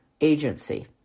agency